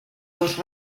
dos